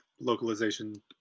localization